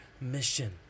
mission